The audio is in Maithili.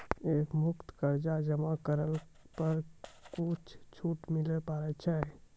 एक मुस्त कर्जा जमा करला पर कुछ छुट मिले पारे छै?